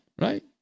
right